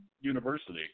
university